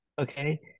Okay